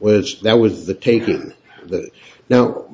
was that was the taken that now